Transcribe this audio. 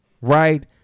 right